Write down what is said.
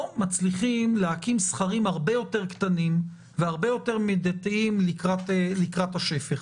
מצליחים להקים סכרים הרבה יותר קטנים והרבה יותר מידתיים לקראת השפך.